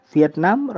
Vietnam